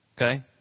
okay